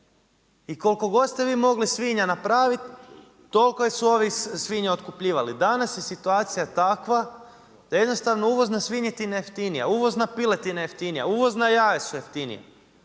I koliko god ste vi mogli svinja napraviti toliko su ovi svinja otkupljivali. Danas je situacija takva da je jednostavno uvozna svinjetina jeftinija, uvozna piletina jeftinija, uvozna jaja su jeftinija.